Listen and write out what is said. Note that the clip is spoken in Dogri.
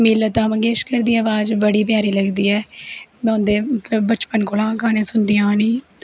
मिगी लता मंगेशकर दी अवाज़ बड़ी प्यारा लगदी ऐ में उंदे बचपन कोला गाने सुनदी अवा नी